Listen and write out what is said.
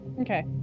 Okay